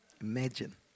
Imagine